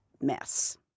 mess